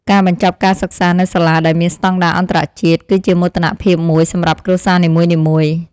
ការបញ្ចប់ការសិក្សានៅសាលាដែលមានស្តង់ដារអន្តរជាតិគឺជាមោទនភាពមួយសម្រាប់គ្រួសារនីមួយៗ។